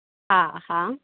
हा हा